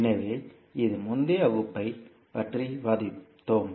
எனவே இது முந்தைய வகுப்பைப் பற்றி விவாதித்தோம்